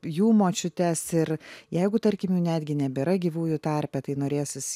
jų močiutes ir jeigu tarkim jų netgi nebėra gyvųjų tarpe tai norėsis